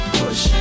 push